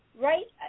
right